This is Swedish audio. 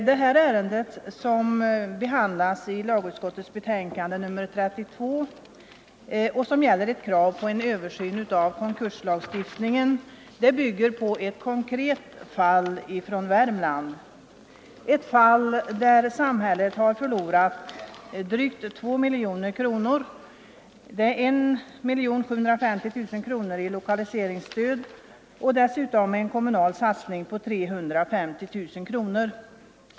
Det ärende som behandlas i lagutskottets förevarande betänkande nr 32 och som gäller krav på en översyn av konkurslagstiftningen bygger på ett konkret fall från Värmland, ett fall där samhället har förlorat drygt 2 miljoner kronor, nämligen 1750 000 kronor i lokaliseringsstöd och dessutom en kommunal satsning på 350 000 kronor.